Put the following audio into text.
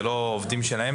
אלה לא עובדים שלהם.